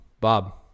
Bob